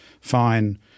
fine